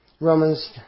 Romans